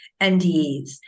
NDEs